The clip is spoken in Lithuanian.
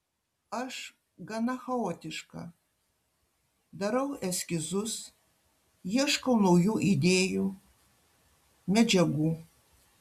aš gana chaotiška darau eskizus ieškau naujų idėjų medžiagų